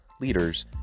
leaders